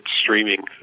streaming